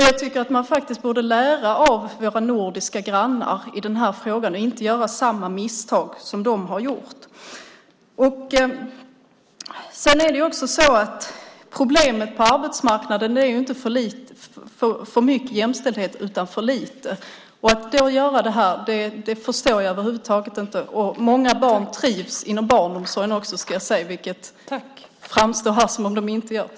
Jag tycker att ni faktiskt borde lära av våra nordiska grannar i den här frågan och inte göra samma misstag som de har gjort. Problemen på arbetsmarknaden är inte för mycket jämställdhet utan för lite. Att då införa detta förstår jag över huvud taget inte. Många barn trivs inom barnomsorgen, ska jag också säga. Det framstår här som om de inte gör det.